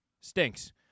Stinks